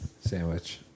Sandwich